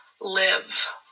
live